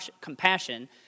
compassion